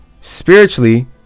spiritually